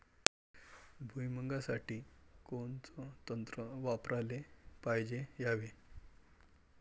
भुइमुगा साठी कोनचं तंत्र वापराले पायजे यावे?